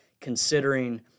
considering